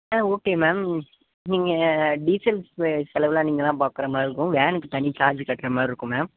ஆ okay ma'am நீங்கள் diesel செலவுலாம் நீங்கள் தான் பார்க்கற மாதிரி இருக்கும் வேனுக்கு தனி சார்ஜ்ஜு கட்டுற மாதிரி இருக்கும் மேம்